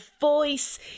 voice